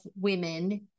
women